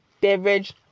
Beverage